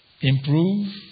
improve